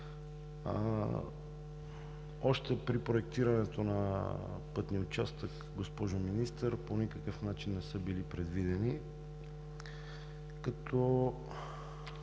Още при проектирането на пътния участък, госпожо Министър, по никакъв начин не са били предвидени. Всичко